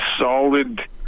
solid